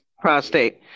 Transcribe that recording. prostate